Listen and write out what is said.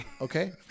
okay